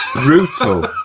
brutal.